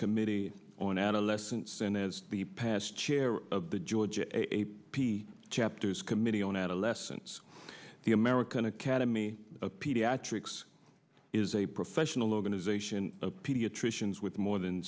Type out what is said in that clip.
committee on adolescents and is the past chair of the georgia a p chapters committee on adolescents the american academy of pediatrics is a professional organization pediatricians with more than